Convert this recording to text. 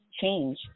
change